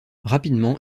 rapidement